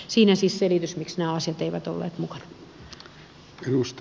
siinä siis selitys miksi nämä asiat eivät olleet mukana